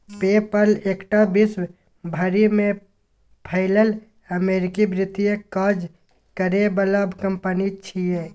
पे पल एकटा विश्व भरि में फैलल अमेरिकी वित्तीय काज करे बला कंपनी छिये